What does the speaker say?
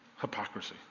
Hypocrisy